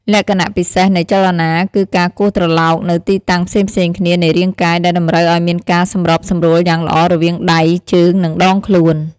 លក្ខណៈពិសេសនៃចលនាគឺការគោះត្រឡោកនៅទីតាំងផ្សេងៗគ្នានៃរាងកាយ ដែលតម្រូវឱ្យមានការសម្របសម្រួលយ៉ាងល្អរវាងដៃ ជើង និងដងខ្លួន។